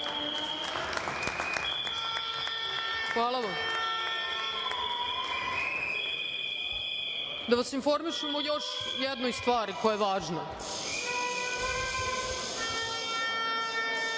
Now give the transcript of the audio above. Hvala vam. Da vas informišem o još jednoj stvari koja je važna, nakon